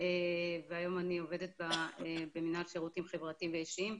והיום אני עובדת במינהל שירותים חברתיים ואישיים,